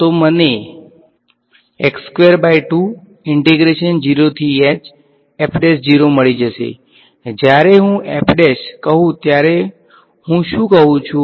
તો મને મળી જશે જ્યારે હું કહું ત્યારે હુ શું કહું છું